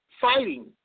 fighting